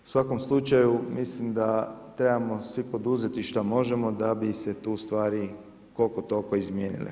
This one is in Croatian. U svakom slučaju, mislim da trebamo svi poduzeti što možemo, da bi se tu stvari koliko toliko izmijenile.